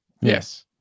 Yes